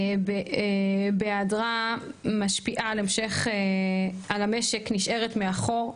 כשהיא לא משפיעה על המשק, היא נשארת מאחור.